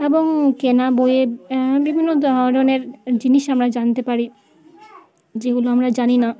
এবং কেনা বইয়ে বিভিন্ন ধরনের জিনিস আমরা জানতে পারি যেগুলো আমরা জানি না